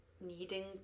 needing